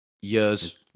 years